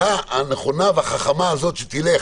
ההגדלה הנכונה הזו שתלך